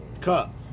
Cup